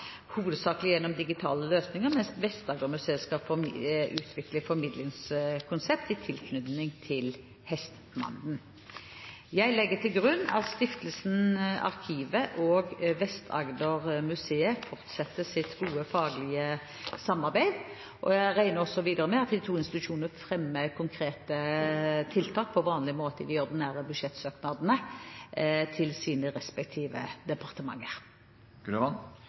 hovedsakelig gjennom digitale løsninger, mens Vest-Agder-museet skal utvikle formidlingskonsept i tilknytning til Hestmanden. Jeg legger til grunn at Stiftelsen Arkivet og Vest-Agder-museet fortsetter sitt gode faglige samarbeid. Jeg regner videre med at de to institusjonene fremmer konkrete tiltak på vanlig måte i de ordinære budsjettsøknadene til sine respektive departementer.